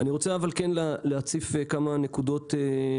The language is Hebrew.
אני כן רוצה להציף כמה נקודות למשרד.